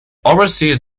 oversees